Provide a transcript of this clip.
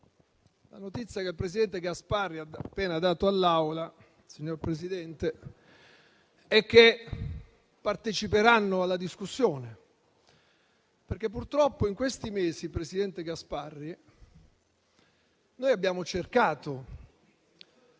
La notizia che il presidente Gasparri ha appena dato all'Assemblea è che parteciperanno alla discussione. Purtroppo in questi mesi, presidente Gasparri, abbiamo cercato di